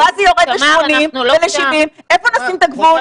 ואז זה יורד ל-80 ול-70 איפה נשים את הגבול?